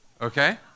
Okay